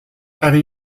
eddy